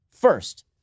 First